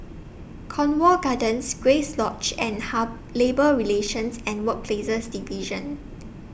Cornwall Gardens Grace Lodge and Labour Relations and Workplaces Division